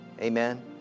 Amen